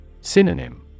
Synonym